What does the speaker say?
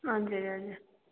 हजुर हजुर